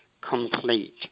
complete